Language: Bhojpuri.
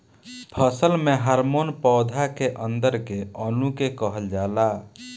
फसल में हॉर्मोन पौधा के अंदर के अणु के कहल जाला